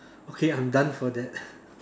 so I'm done for that